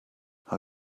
how